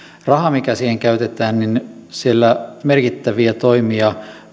raha mikä siihen käytetään siellä merkittäviä toimia